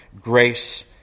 grace